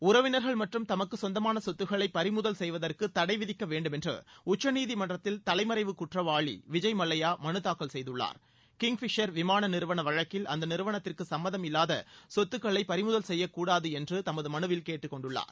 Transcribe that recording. உறவினர்கள் மற்றும் தமக்கு சொந்தமான சொத்துக்களை பறிமுதல் செய்வதற்கு தடைவிதிக்க வேண்டும் என்று உச்சநீதிமன்றத்தில் தலைமறைவு குற்வாளி விஜய் மல்லையா மனு தாக்கல் செய்துள்ளார் கிங்க்ஃபிஷர் விமான நிறுவன வழக்கில் அந்த நிறுவனத்திற்கு சும்மதம் இல்வாத மற்ற சொத்துக்களை பறிமுதல் செய்யக்கூடாது என்று தமது மனுவில் கேட்டுக்கொண்டுள்ளார்